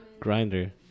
grinder